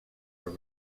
were